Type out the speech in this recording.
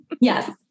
yes